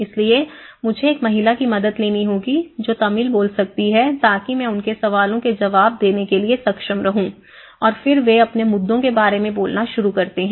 इसलिए मुझे एक महिला की मदद लेनी होगी जो तमिल बोल सकती है ताकि मैं उनके सवालों के जवाब देने के लिए सक्षम रहूं और फिर वे अपने मुद्दों के बारे में बोलना शुरू करते हैं